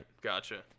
Gotcha